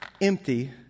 empty